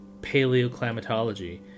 paleoclimatology